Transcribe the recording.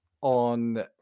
on